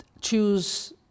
choose